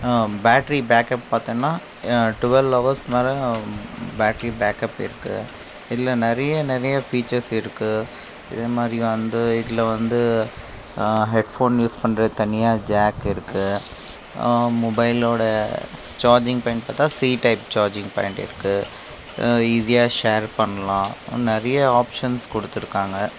battery backup பார்த்தோம்னா twelve hours மேலே battery backup இருக்குது இதில் நிறைய நிறைய ஃபீச்சர்ஸ் இருக்குது இதை மாதிரி வந்து இதில் வந்து ஹெட்ஃபோன் யூஸ் பண்றது தனியாக ஜாக் இருக்குது மொபைலோடய சார்ஜிங் பின் பார்த்தா சி டைப் சார்ஜிங் பாயிண்ட் இருக்குது ஈஸியாக ஷேர் பண்ணலாம் இன்னும் நிறைய ஆப்ஷன்ஸ் கொடுத்துருக்காங்க